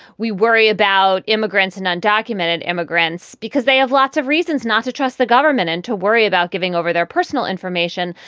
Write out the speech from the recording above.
we worry about immigrants and undocumented immigrants because they have lots of reasons not to trust the government and to worry about giving over their personal information,